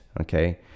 okay